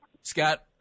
Scott